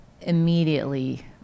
immediately